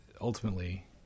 ultimately